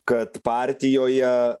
kad partijoje